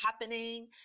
happening